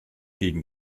gegen